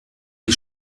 die